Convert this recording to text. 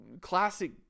classic